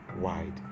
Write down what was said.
Wide